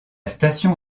station